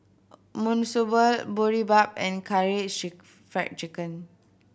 Monsunabe Boribap and Karaage Fried Chicken